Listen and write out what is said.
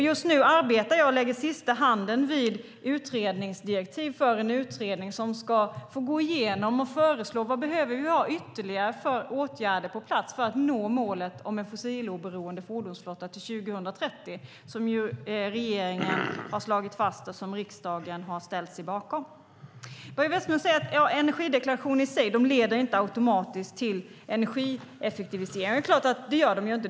Just nu lägger jag sista handen vid direktiven till en utredning som ska gå igenom och föreslå vilka ytterligare åtgärder som behövs för att nå målet om en fossiloberoende fordonsflotta till 2030, som regeringen har slagit fast och riksdagen har ställt sig bakom. Börje Vestlund säger att energideklarationer i sig inte automatiskt leder till energieffektivisering. Nej, det gör de inte.